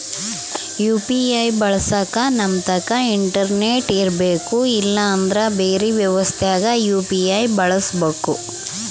UPI ಬಳಸಕ ನಮ್ತಕ internet ಇರರ್ಬೆಕು ಇಲ್ಲಂದ್ರ ಬೆರೆ ವ್ಯವಸ್ಥೆಗ ಯು.ಪಿ.ಐ ಬಳಸಬಕು